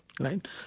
right